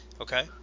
Okay